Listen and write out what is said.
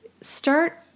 start